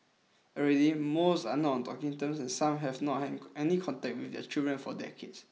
already most are not on talking terms and some have not had any contact with their children for decades